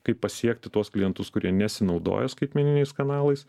kaip pasiekti tuos klientus kurie nesinaudoja skaitmeniniais kanalais